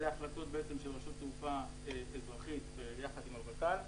אלה בעצם החלטות של רשות תעופה אזרחית יחד עם הוות"ל.